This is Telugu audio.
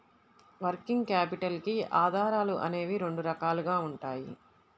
వర్కింగ్ క్యాపిటల్ కి ఆధారాలు అనేవి రెండు రకాలుగా ఉంటాయి